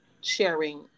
sharing